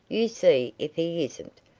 you see if he isn't.